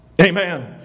Amen